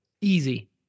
Easy